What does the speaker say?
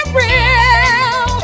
real